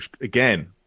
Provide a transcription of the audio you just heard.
again